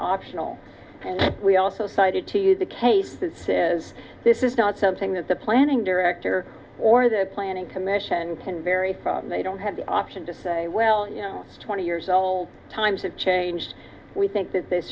optional and we also cited to you the case that says this is not something that the planning director or the planning commission can vary from they don't have the option to say well twenty years old times have changed we think that th